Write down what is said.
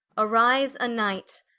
arise a knight,